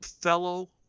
fellow